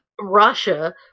Russia